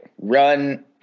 run